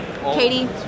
Katie